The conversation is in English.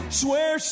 swear